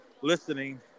listening